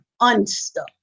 unstuck